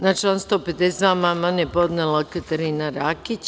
Na član 152. amandman je podnela Katarina Rakić.